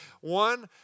One